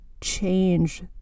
change